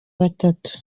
batatu